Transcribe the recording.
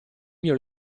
mio